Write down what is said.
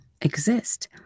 exist